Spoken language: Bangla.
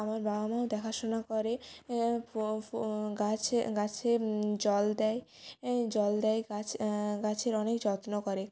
আমার বাবা মাও দেখাশোনা করে ফ গাছে গাছে জল দেয় এই জল দেয় গাছের গাছের অনেক যত্ন করে